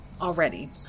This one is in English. Already